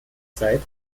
zeit